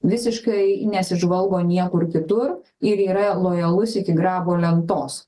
visiškai nesižvalgo niekur kitur ir yra lojalus iki grabo lentos